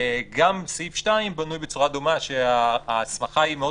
גם סעיף (2) בנוי בצורה דומה,